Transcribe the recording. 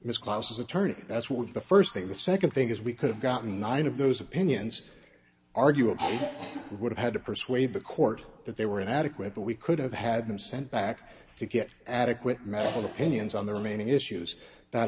miss classes attorney that's what the first thing the second thing is we could have gotten nine of those opinions arguably would have had to persuade the court that they were inadequate but we could have had them sent back to get adequate medical opinions on the remaining issues that